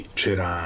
c'era